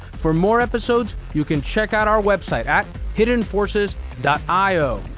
for more episodes, you can check out our website at hiddenforces io.